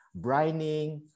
brining